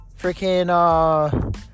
freaking